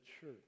church